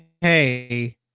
hey